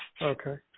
Okay